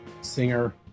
singer